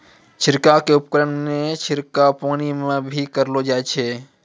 छिड़काव क उपकरण सें छिड़काव पानी म भी करलो जाय छै